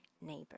neighbor